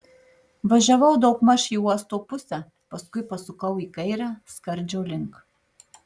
važiavau daugmaž į uosto pusę paskui pasukau į kairę skardžio link